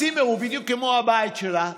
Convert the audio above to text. הצימר הוא בדיוק כמו הבית שלה,